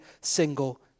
single